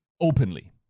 openly